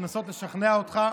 לנסות לשכנע אותך,